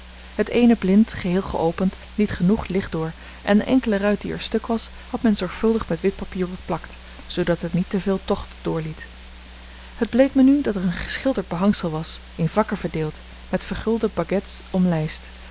het eene blind geheel geopend liet genoeg licht door en de enkele ruit die er stuk was had men zorgvuldig met wit papier beplakt zoodat het niet te veel tocht doorliet het bleek mij nu dat er een geschilderd behangsel was in vakken verdeeld met vergulde baguettes omlijst